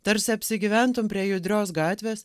tarsi apsigyventum prie judrios gatvės